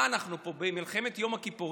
מה, אנחנו פה במלחמת יום הכיפורים?